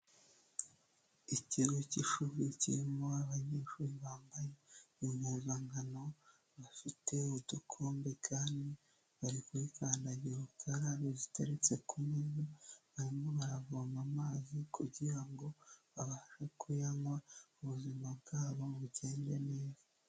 Ikigo cy'ishuri kirimo abanyeshuri bambaye impuzankano, bafite udukombe kandi bari kuri kandagira ukarabe ziteretse ku meza, barimo baravoma amazi kugira ngo babashe kuyanywa ubuzima bwabo bugende neza.